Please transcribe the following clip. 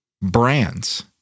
brands